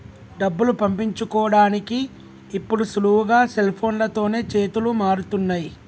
డబ్బులు పంపించుకోడానికి ఇప్పుడు సులువుగా సెల్ఫోన్లతోనే చేతులు మారుతున్నయ్